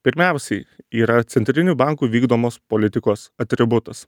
pirmiausiai yra centrinių bankų vykdomos politikos atributas